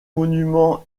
monument